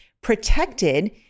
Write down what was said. protected